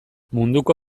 munduko